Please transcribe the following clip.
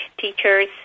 teachers